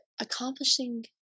accomplishing